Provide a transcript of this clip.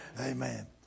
Amen